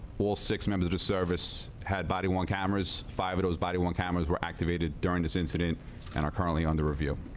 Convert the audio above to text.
all six members of service had body worn cameras five it it was body one cameras were activated during this incident and are currently under review